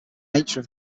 nature